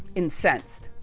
incensed,